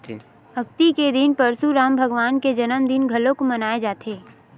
अक्ती के दिन परसुराम भगवान के जनमदिन घलोक मनाए जाथे